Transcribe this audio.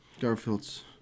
Garfield's